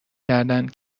کردند